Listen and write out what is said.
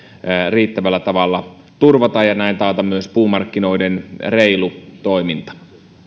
riittävällä tavalla turvata ja näin taata myös puumarkkinoiden reilu toiminta